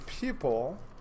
people